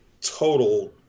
total